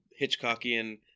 Hitchcockian